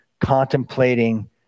contemplating